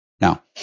Now